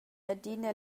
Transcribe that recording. adina